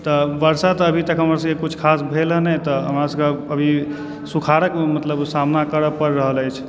तऽ वर्षा तऽ अभी तक हमर सबहक किछु खास भेल हँ नहि तऽ हमरा सबहक अभी सुखाड़क मतलब सामना करए पड़ि रहल अछि